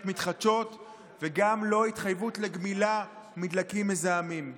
מתחדשות וגם לא התחייבות לגמילה מדלקים מזהמים.